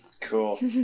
Cool